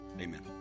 Amen